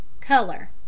Color